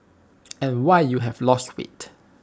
and why you have lost weight